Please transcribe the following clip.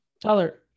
Tyler